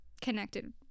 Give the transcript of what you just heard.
connected